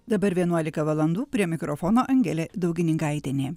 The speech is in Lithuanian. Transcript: dabar vienuolika valandų prie mikrofono angelė daugininkaitienė